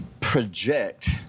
project